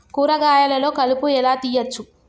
కూరగాయలలో కలుపు ఎలా తీయచ్చు?